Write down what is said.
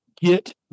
get